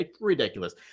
ridiculous